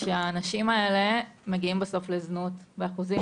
שהאנשים האלה מגיעים בסוף לזנות באחוזים